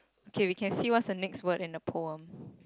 okay we can see what's the next word in the poem